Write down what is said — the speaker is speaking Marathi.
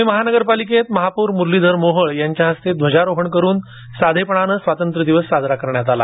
पुणे महापालिकेत महापौर मुरलीधर मोहोळ यांच्या हस्ते ध्वजारोहण करून साधेपणानं स्वतंत्र दिवस साजरा करण्यात आला